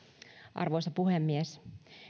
arvoisa puhemies